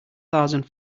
thousand